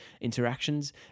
interactions